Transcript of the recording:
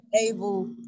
able